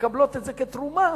שמקבלות את זה כתרומה,